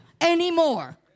anymore